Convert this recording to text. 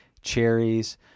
cherries